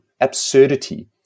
absurdity